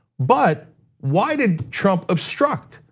but why did trump obstruct?